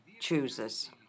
Chooses